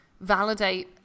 Validate